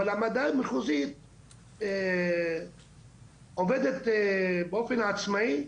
אבל הוועדה המחוזית עובדת באופן עצמאי.